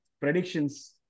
predictions